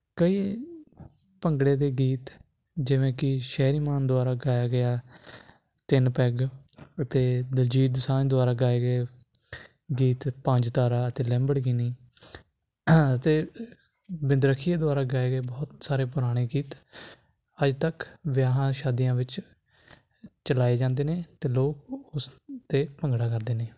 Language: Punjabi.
ਕਈ ਭੰਗੜੇ ਦੇ ਗੀਤ ਜਿਵੇਂ ਕਿ ਸ਼ੈਰੀ ਮਾਨ ਦੁਆਰਾ ਗਾਇਆ ਗਿਆ ਤਿੰਨ ਪੈਗ ਅਤੇ ਦਲਜੀਤ ਦੋਸਾਂਝ ਦੁਆਰਾ ਗਾਏ ਗਏ ਗੀਤ ਪੰਜ ਤਾਰਾ ਅਤੇ ਲੈਂਬੜਗਿੰਨੀ ਅਤੇ ਬਿੰਦਰਖੀਏ ਦੁਆਰਾ ਗਾਏ ਗਏ ਬਹੁਤ ਸਾਰੇ ਪੁਰਾਣੇ ਗੀਤ ਅੱਜ ਤੱਕ ਵਿਆਹਾਂ ਸ਼ਾਦੀਆਂ ਵਿੱਚ ਚਲਾਏ ਜਾਂਦੇ ਨੇ ਅਤੇ ਲੋਕ ਉਸ 'ਤੇ ਭੰਗੜਾ ਕਰਦੇ ਨੇ